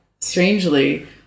strangely